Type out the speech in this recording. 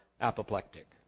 apoplectic